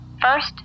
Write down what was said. first